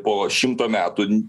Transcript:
po šimto metų